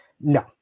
No